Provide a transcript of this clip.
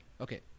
Okay